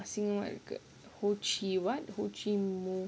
sing what ho chi what ho chi mu